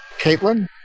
Caitlin